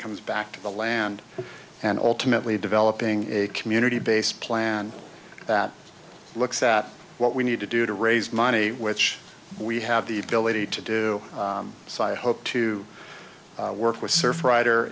comes back to the land and ultimately developing a community based plan that looks at what we need to do to raise money which we have the ability to do so i hope to work with surfrider